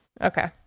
Okay